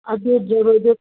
ꯑꯗꯨ ꯗ꯭ꯔꯥꯏꯕꯔꯗꯨ